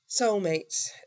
soulmates